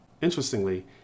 Interestingly